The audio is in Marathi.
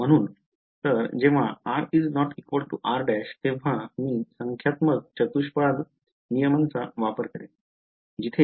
म्हणून तर जेव्हा r is not equal to r′तेव्हा मी संख्यात्मक चतुष्पाद नियमांचा वापर करीन